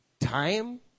time